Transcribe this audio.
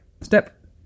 Step